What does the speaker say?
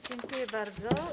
Dziękuję bardzo.